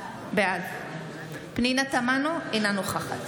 בעד פנינה תמנו, אינה נוכחת